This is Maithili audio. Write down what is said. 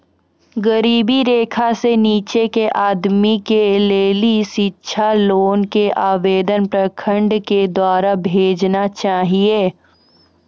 गरीबी रेखा से नीचे के आदमी के लेली शिक्षा लोन के आवेदन प्रखंड के द्वारा भेजना चाहियौ?